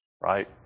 right